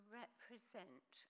represent